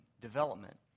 development